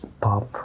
pop